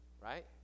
Right